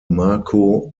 marko